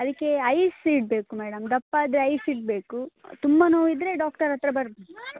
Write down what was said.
ಅದಕ್ಕೆ ಐಸ್ ಇಡಬೇಕು ಮೇಡಮ್ ದಪ್ಪ ಆದರೆ ಐಸ್ ಇಡಬೇಕು ತುಂಬ ನೋವು ಇದ್ದರೆ ಡಾಕ್ಟರ್ ಹತ್ರ ಬರ್ಬೇಕು